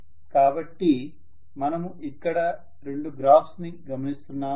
కాబట్టి మనము ఇక్కడ రెండు గ్రాఫ్స్ ని గమనిస్తున్నాము